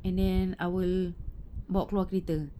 and then I will bawa keluar kereta